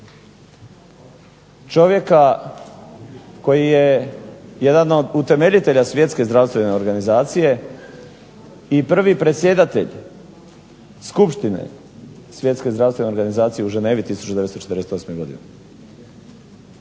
čovjeka koji je jedan od utemeljitelja Svjetske zdravstvene organizacije i prvi predsjedatelj skupštine Svjetske zdravstvene organizacije u Ženevi 1948. godine.